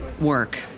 work